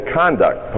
conduct